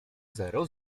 zero